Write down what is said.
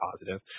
positive